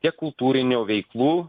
tiek kultūrinių veiklų